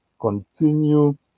continue